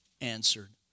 answered